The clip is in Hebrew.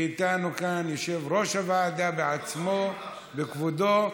ואיתנו כאן יושב-ראש הוועדה בעצמו ובכבודו.